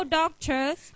doctors